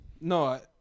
No